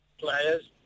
players